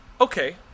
Okay